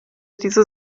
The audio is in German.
diese